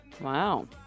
Wow